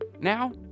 Now